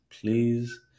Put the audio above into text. Please